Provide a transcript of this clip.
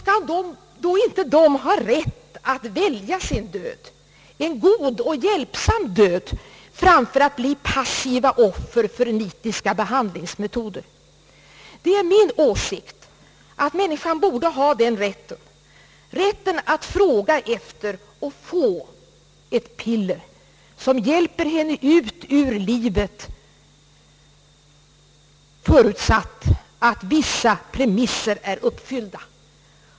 Skall inte då de ha rätt att välja sin död, en god och hjälpsam död, framför att bli passiva offer för nitiska behandlingsmetoder? Det är min åsikt att människan borde ha den rätten — rätten att fråga efter och få ett piller som hjälper henne ut ur livet, förutsatt att vissa premisser är uppfyllda.